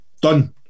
done